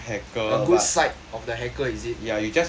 a good side of the hacker is it